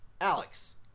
Alex